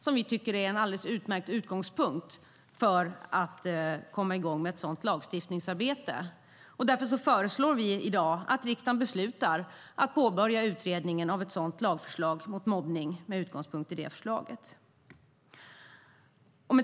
Vi tycker att det är en alldeles utmärkt utgångspunkt för att komma i gång med ett sådant lagstiftningsarbete. Därför föreslår vi att riksdagen beslutar att påbörja utredningen av ett lagförslag mot mobbning med utgångspunkt i Visions förslag.